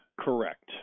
Correct